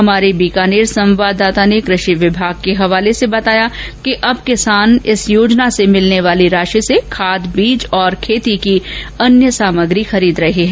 हमारे बीकानेर संवाददाता ने कषि विभाग के हवाले से बताया कि अब किसान इस योजना से मिलने वाली राशि से खाद बीज और खेती की अन्य सामग्री खरीद रहे हैं